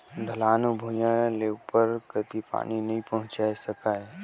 ढलानू भुइयां ले उपरे कति पानी नइ पहुचाये सकाय